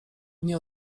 nie